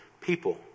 people